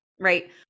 right